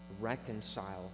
Reconcile